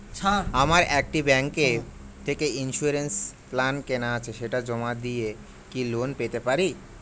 আমার একটি ব্যাংক থেকে ইন্সুরেন্স প্ল্যান কেনা আছে সেটা জমা দিয়ে কি লোন পেতে পারি?